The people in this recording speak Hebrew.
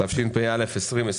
התשפ"א-2021.